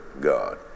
God